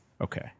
Okay